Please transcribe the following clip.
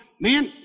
man